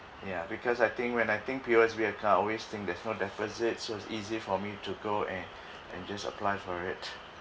ya because I think when I think P_O_S_B account I always think there's no deposits so easy for me to go and and just apply for it